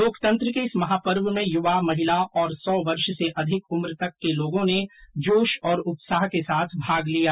लोकतंत्र के इस महापर्व में यूवा महिला और सौ वर्ष से अधिक उम्र तक के लोगों ने जोश और उत्साह के साथ भाग लिया